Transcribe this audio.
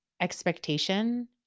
expectation